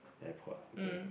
airport okay